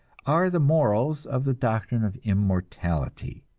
are the morals of the doctrine of immortality?